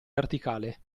verticale